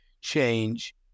change